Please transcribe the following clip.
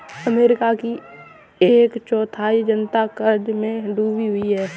America की एक चौथाई जनता क़र्ज़ में डूबी हुई है